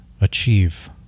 achieve